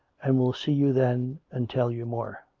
and will see you then and tell you more